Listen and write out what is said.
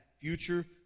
future